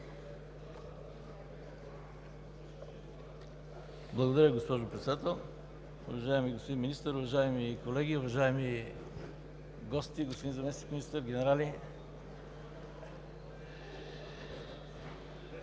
Благодаря, госпожо Председател. Уважаеми господин Министър, уважаеми колеги, уважаеми гости, господин Заместник-министър, генерали!